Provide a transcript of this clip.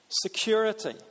security